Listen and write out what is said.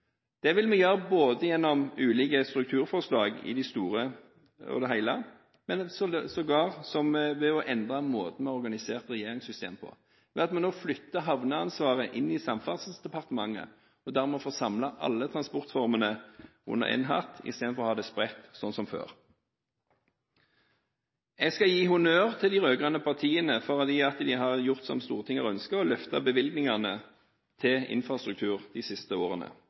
Det vil vi gjøre gjennom ulike strukturforslag i det store og hele og sågar ved å endre måten vi har organisert regjeringssystemet på, ved at vi nå flytter havneansvaret inn i Samferdselsdepartementet, for dermed å få samlet alle transportformene under én hatt, istedenfor å ha det spredt, sånn som før. Jeg skal gi honnør til de rød-grønne partiene for at de har gjort som Stortinget har ønsket, nemlig å løfte bevilgningene til infrastruktur de siste årene